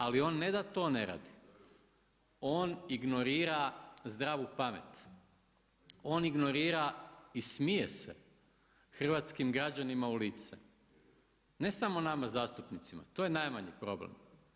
Ali on ne da to ne radi, on ignorira zdravu pamet, on ignorira i smije se hrvatskim građanima u lice ne samo nama zastupnicima to je najmanji problem.